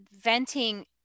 venting